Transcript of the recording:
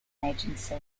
agency